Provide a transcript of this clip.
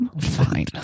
Fine